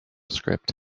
script